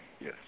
Yes